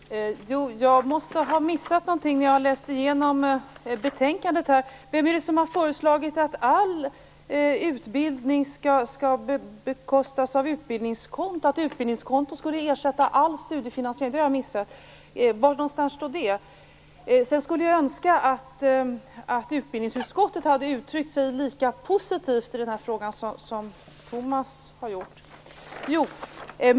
Herr talman! Jag måste ha missat någonting när jag läste igenom betänkandet. Vem är det som har föreslagit att utbildningskonton skulle ersätta all studiefinansiering? Det har jag missat. Var står det? Sedan skulle jag önska att utbildningsutskottet hade uttryckt sig lika positivt i den här frågan som Tomas Eneroth gör.